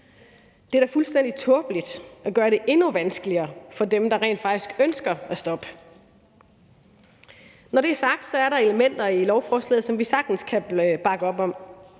Det er da fuldstændig tåbeligt at gøre det endnu vanskeligere for dem, der rent faktisk ønsker at stoppe. Når det er sagt, er der elementer i lovforslaget, som vi sagtens kan bakke op om,